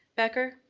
becker?